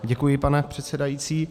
Děkuji, pane předsedající.